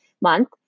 month